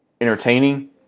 entertaining